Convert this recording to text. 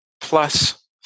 plus